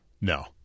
No